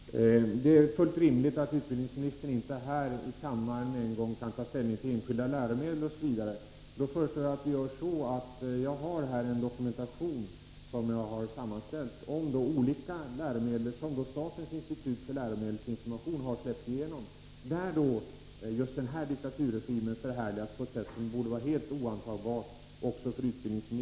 Herr talman! Det är fullt rimligt att skolministern inte här i kammaren utan vidare kan ta ställning till enskilda läromedel. Jag har sammanställt en dokumentation om de olika läromedel — som statens institut för läromedelsinformation släppt igenom — där just den ifrågavarande diktaturregimen förhärligas på ett sätt som även för skolministern borde vara helt oantagbart.